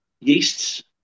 yeasts